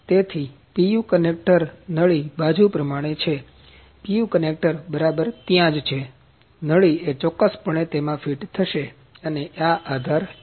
તેથી PU connector નળી બાજુ પ્રમાણે છે PU કનેક્ટર બરાબર ત્યાં જ છે નળી એ પણ ચોક્કસપણે તેમાં ફિટ થશે અને આ આધાર છે